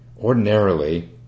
Ordinarily